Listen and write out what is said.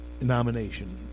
nomination